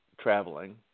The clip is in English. traveling